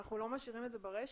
אנחנו לא משאירים את זה ברישה?